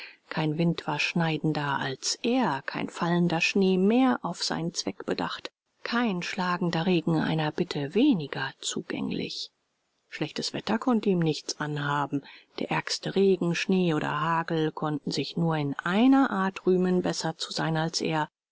kein wind war schneidender als er kein fallender schnee mehr auf seinen zweck bedacht kein schlagender regen einer bitte weniger zugänglich schlechtes wetter konnte ihm nichts anhaben der ärgste regen schnee oder hagel konnten sich nur in einer art rühmen besser zu sein als er